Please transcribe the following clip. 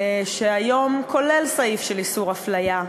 שהיום כולל סעיף של איסור הפליה,